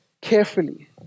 carefully